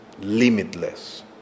limitless